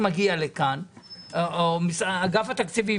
שאתם תתקצבו